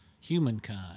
humankind